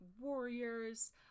warriors